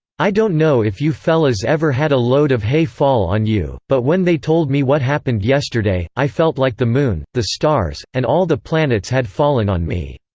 i don't know if you fellas ever had a load of hay fall on you, but when they told me what happened yesterday, i felt like the moon, the stars, and all the planets had fallen on me.